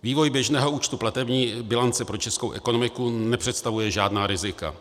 Vývoj běžného účtu platební bilance pro českou ekonomiku nepředstavuje žádná rizika.